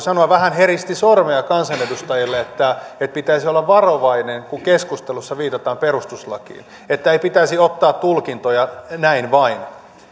sanoa vähän heristi sormea kansanedustajille että pitäisi olla varovainen kun keskustelussa viitataan perustuslakiin että ei pitäisi ottaa tulkintoja näin vain